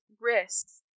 risks